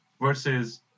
Versus